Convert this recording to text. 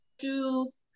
shoes